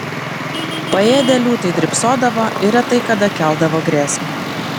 paėdę liūtai drybsodavo ir retai kada keldavo grėsmę